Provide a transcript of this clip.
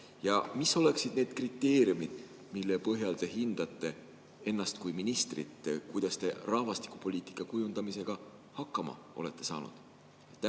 ja mis oleksid need kriteeriumid, mille põhjal te hindate ennast kui ministrit, kuidas te rahvastikupoliitika kujundamisega hakkama olete saanud?